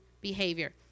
Behavior